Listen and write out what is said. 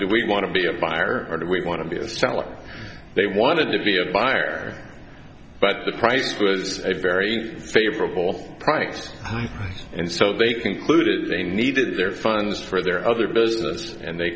do we want to be a buyer or do we want to be a seller they wanted to be a buyer but the price was a very favorable price and so they concluded they needed their funds for their other business and they